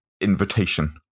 invitation